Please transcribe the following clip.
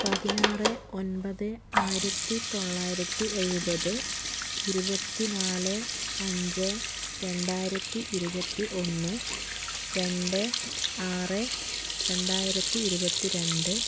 പതിനാറ് ഒൻപത് ആയിരത്തി തൊള്ളായിരത്തി എഴുപത് ഇരുപത്തി നാല് അഞ്ച് രണ്ടായിരത്തി ഇരുപത്തി ഒന്ന് രണ്ട് ആറ് രണ്ടായിരത്തി ഇരുപത്തി രണ്ട്